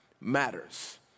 matters